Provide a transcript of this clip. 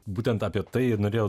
būtent apie tai ir norėjau